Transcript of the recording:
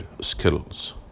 skills